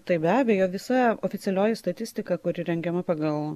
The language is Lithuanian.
tai be abejo visa oficialioji statistika kuri rengiama pagal